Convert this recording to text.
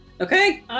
Okay